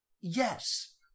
Yes